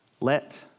Let